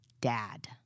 dad